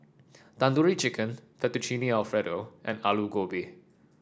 Tandoori Chicken Fettuccine Alfredo and Alu Gobi